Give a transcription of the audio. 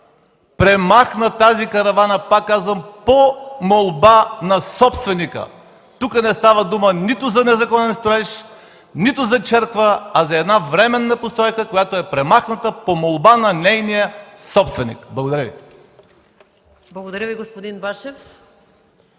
премахна тази каравана по молба на собственика. Тук не става дума нито за незаконен строеж, нито за черква, а за временна постройка, която е премахната по молба на нейния собственик. Благодаря Ви. ПРЕДСЕДАТЕЛ МАЯ МАНОЛОВА: Благодаря Ви, господин Башев.